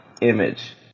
Image